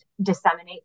disseminate